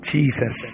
Jesus